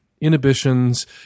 inhibitions